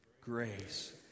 grace